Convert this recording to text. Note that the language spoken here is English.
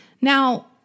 Now